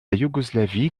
yougoslavie